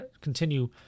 continue